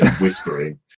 whispering